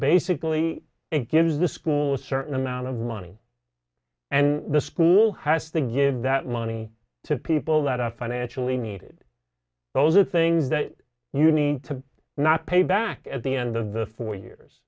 basically it gives the school a certain amount of money and the school has to give that money to people that are financially needed those are things that you need to not pay back at the end of the four years